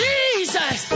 Jesus